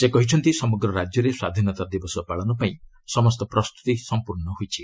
ସେ କହିଛନ୍ତି ସମଗ୍ର ରାଜ୍ୟରେ ସ୍ୱାଧୀନତା ଦିବସ ପାଳନ ପାଇଁ ସମସ୍ତ ପ୍ରସ୍ତୁତି ସମ୍ପର୍ଶ୍ଣ ହୋଇଛି